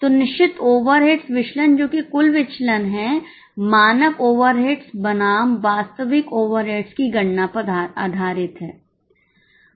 तो निश्चित ओवरहेड्स विचलन जो कि कुल विचलन है मानक ओवरहेड्स बनाम वास्तविक ओवरहेड्स की गणना पर आधारित है